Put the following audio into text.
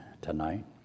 tonight